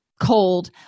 cold